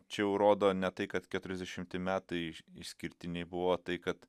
čia jau rodo ne tai kad keturiasdešimti metai išskirtiniai buvo tai kad